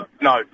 No